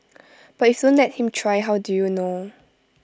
but if you don't let him try how do you know